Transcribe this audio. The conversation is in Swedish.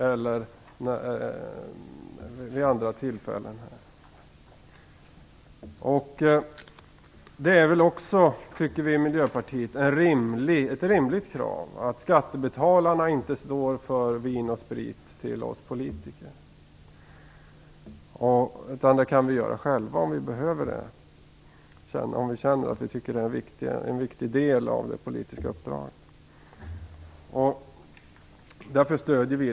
Också vi i Miljöpartiet tycker att det är ett befogat krav att skattebetalarna inte skall stå för vin och sprit till oss politiker. Man kan själv betala det, om man tycker att det är en viktig del av det politiska uppdraget.